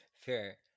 Fair